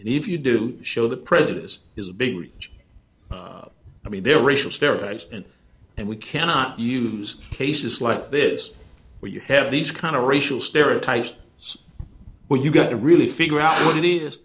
and if you do show that prejudice is a big ridge i mean there are racial stereotypes and then we cannot use cases like this where you have these kind of racial stereotypes so when you got to really figure out what it is